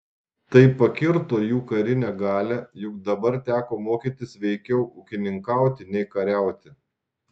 tai pakirto jų karinę galią juk dabar teko mokytis veikiau ūkininkauti nei kariauti